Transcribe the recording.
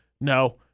no